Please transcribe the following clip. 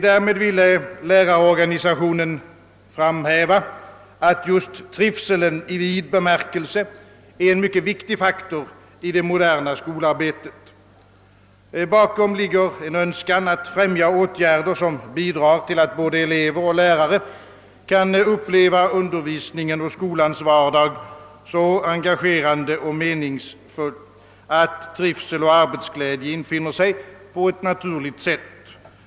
Därmed ville lärarorganisationen framhäva, att trivseln i vid bemärkelse är en myc ket viktig faktor i det moderna skolarbetet. Bakom ligger en önskan att främja åtgärder, som bidrar till att både elever och lärare kan uppleva undervisningen och skolans vardag så engagerande och meningsfullt att trivsel och arbetsglädje infinner sig på ett naturligt sätt.